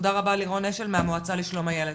תודה רבה ללירון אשל מהמועצה לשלום הילד.